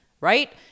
right